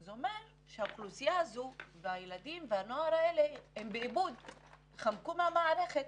זה אומר שבני הנוער האלה חמקו מהמערכת